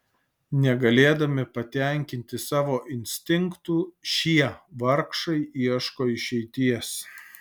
negalėdami patenkinti savo instinktų šie vargšai ieško išeities